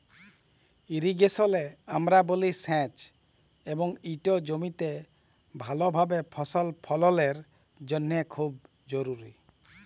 ইরিগেশলে আমরা বলি সেঁচ এবং ইট জমিতে ভালভাবে ফসল ফললের জ্যনহে খুব জরুরি